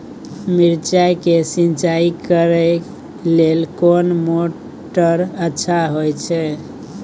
मिर्चाय के सिंचाई करे लेल कोन मोटर अच्छा होय छै?